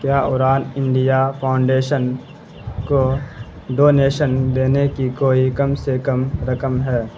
کیا Udaan India foundation کو donation دینے کی کوئی کم سے کم رقم ہے